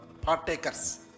Partakers